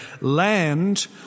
Land